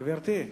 גברתי.